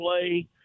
play